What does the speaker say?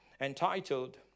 entitled